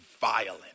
violent